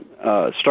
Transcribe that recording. start